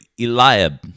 Eliab